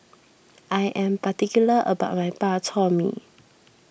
I am particular about my Bak Chor Mee